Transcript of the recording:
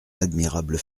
admirable